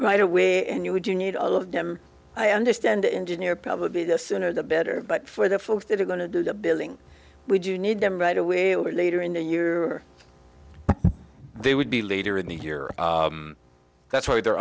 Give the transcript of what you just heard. right away and you would you need all of them i understand engineer probably the sooner the better but for the folks that are going to do the billing we do need them right away or later in the year they would be later in the year that's why they're